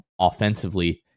offensively